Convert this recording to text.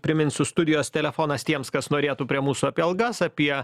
priminsiu studijos telefonas tiems kas norėtų prie mūsų apie algas apie